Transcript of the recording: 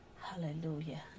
hallelujah